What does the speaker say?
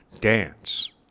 dance